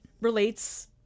relates